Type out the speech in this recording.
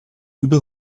über